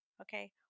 Okay